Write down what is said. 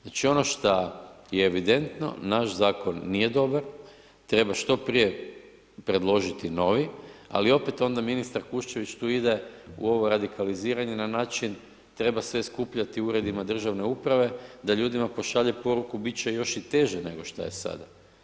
Znači ono šta je evidentno naš zakon nije dobar treba što prije predložiti novi, ali opet onda ministar Kušćević tu ide u ovo radikaliziranje na način treba sve skupljati u uredima državne uprave, da ljudima pošalje poruku bit će još i teže nego šta je sada.